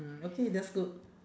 mm okay that's good